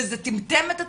וזה טמטם את הציבור,